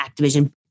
Activision